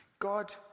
God